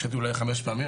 התקשרתי אולי חמש פעמים,